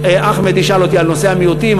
אחמד ישאל אותי על נושא המיעוטים,